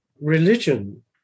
religion